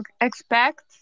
expect